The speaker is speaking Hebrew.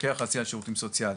מפקח ארצי על שירותים סוציאליים.